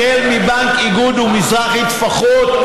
החל מבנק איגוד ומזרחי וטפחות,